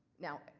now,